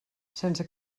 sense